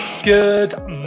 Good